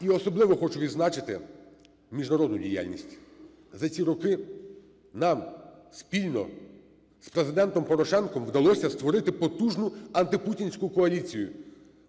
І особливо хочу відзначити міжнародну діяльність. За ці роки нам спільно з Президентом Порошенком вдалося створити потужну антипутінську коаліцію.